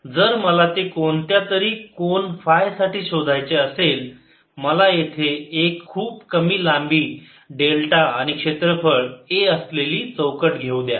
जर मला ते कोणत्यातरी कोन फाय साठी शोधायचे असेल मला येथे एक खूप कमी लांबी डेल्टा आणि क्षेत्रफळ a असलेली चौकट घेऊ द्या